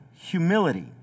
humility